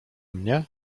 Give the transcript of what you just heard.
mnie